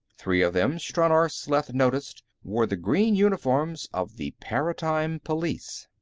three of them, stranor sleth noticed, wore the green uniforms of the paratime police.